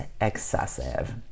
excessive